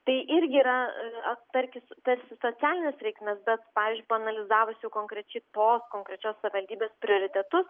tai irgi yra tarsi tarsi socialinės reikmės bet pavyzdžiui paanalizavusi konkrečiai tos konkrečios savivaldybės prioritetus